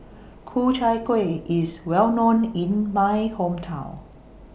Ku Chai Kuih IS Well known in My Hometown